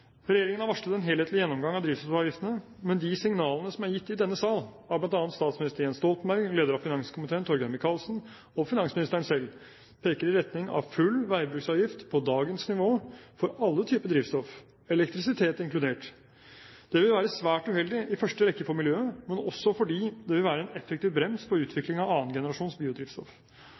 Regjeringen har varslet en helhetlig gjennomgang av drivstoffavgiftene, men de signalene som er gitt i denne sal av bl.a. statsminister Jens Stoltenberg, leder av finanskomiteen Torgeir Micaelsen og finansministeren selv, peker i retning av full veibruksavgift på dagens nivå for alle typer drivstoff, elektrisitet inkludert. Det vil være svært uheldig, i første rekke for miljøet, men også fordi det vil være en effektiv brems for utvikling av annen generasjons biodrivstoff.